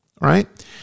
Right